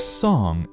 song